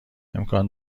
امکان